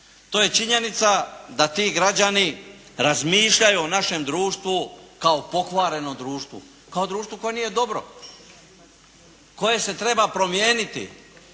To je činjenica da ti građani razmišljaju o našem društvu kao pokvarenom društvu, kao društvu koje nije dobro, koje se treba promijeniti